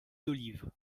d’olive